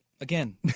again